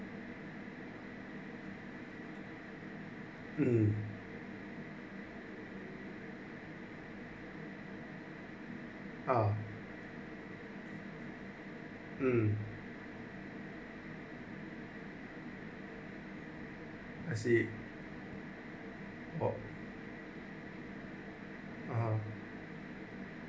mm ah mm I see oh uh